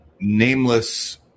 nameless